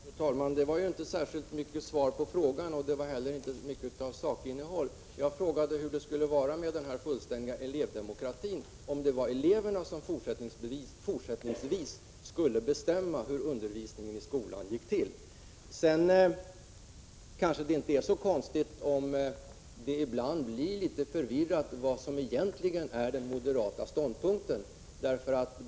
Fru talman! Det var ju inte särskilt mycket svar på frågan, och det var heller inte mycket av sakinnehåll. Jag frågade hur det skulle vara med den fullständiga elevdemokratin, om det var eleverna som fortsättningsvis skulle bestämma hur undervisningen i skolan gick till. Sedan kanske det inte är så konstigt, om det ibland uppstår förvirring om vad som egentligen är den moderata ståndpunkten.